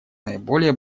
наиболее